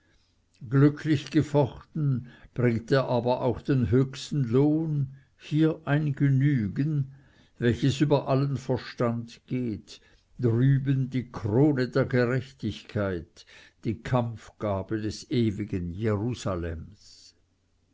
glücklich gefochten bringt er aber auch den höchsten lohn hier ein genügen welches über allen verstand geht drüben die krone der gerechtigkeit die kampfgabe des ewigen jerusalems